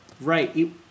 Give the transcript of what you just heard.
Right